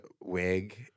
wig